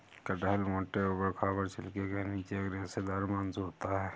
कटहल मोटे, ऊबड़ खाबड़ छिलके के नीचे एक रेशेदार मांस होता है